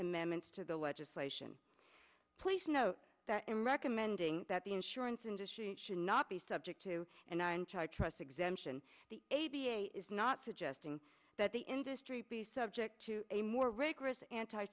amendments to the legislation please note that i am recommending that the insurance industry should not be subject to and i trust exemption the a b a is not suggesting that the industry be subject to a more rigorous anti